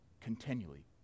Continually